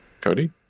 Cody